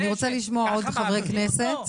אני רוצה לשמוע עוד חברי כנסת.